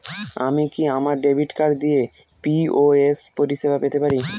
আমি কি আমার ডেবিট কার্ড দিয়ে পি.ও.এস পরিষেবা পেতে পারি?